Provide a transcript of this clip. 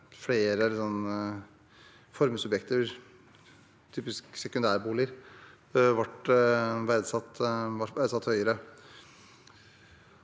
flere formuesobjekter, typisk sekundærboliger, ble verdsatt høyere.